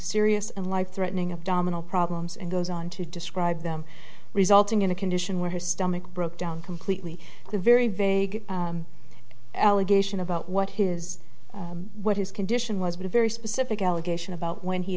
serious and life threatening abdominal problems and goes on to describe them resulting in a condition where his stomach broke down completely the very vague allegation about what his what his condition was a very specific allegation about when he